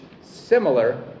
similar